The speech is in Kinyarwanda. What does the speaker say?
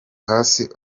hasi